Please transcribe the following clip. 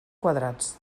quadrats